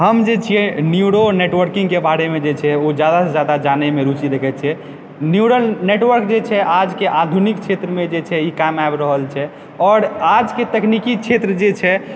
हम जे छियै न्यूरो नेटवर्किंगके बारेमे जे छै ओ जादासऽ जादा जानेके बारेमे रुचि राखैत छियै न्यूरल नेटवर्क जे छै आजके आधुनिक क्षेत्रमऽ जे छै इ काम आबि रहल छै आओर आजकऽ तकनीकी क्षेत्र जे छै